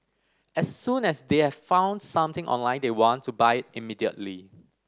as soon as they've found something online they want to buy immediately